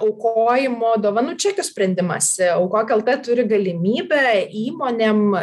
aukojimo dovanų čekių sprendimas aukok lt turi galimybę įmonėm